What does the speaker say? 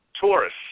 Taurus